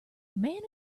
man